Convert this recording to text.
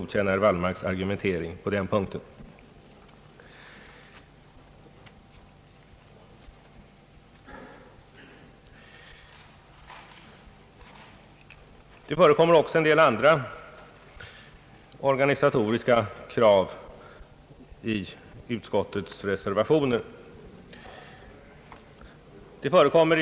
Det förekommer också en del andra organisatoriska krav i reservationerna.